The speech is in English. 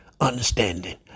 understanding